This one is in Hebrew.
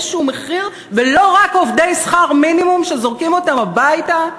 מחיר ולא רק עובדי שכר מינימום שזורקים הביתה?